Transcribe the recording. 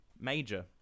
major